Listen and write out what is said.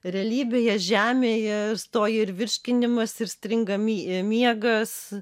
realybėje žemėje stoja ir virškinimas ir stringa mie miegas